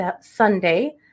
Sunday